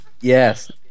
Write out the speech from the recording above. Yes